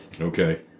Okay